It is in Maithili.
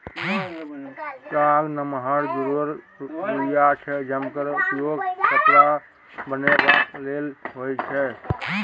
ताग नमहर जुरल रुइया छै जकर प्रयोग कपड़ा बनेबाक लेल होइ छै